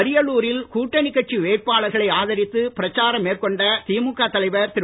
அரியலூரில் கூட்டணி கட்சி வேட்பாளர்களை ஆதரித்து பிரச்சாரம் மேற்கொண்ட திமுக தலைவர் திரு